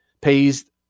pays